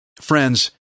Friends